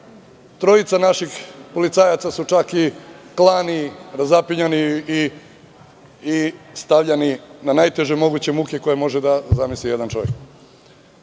Trojica naših policajaca su čak i klani, razapinjani i stavljani na najteže moguće muke koje može da zamisli jedan čovek.U